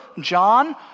John